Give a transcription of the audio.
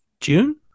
June